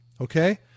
Okay